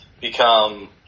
become